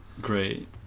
great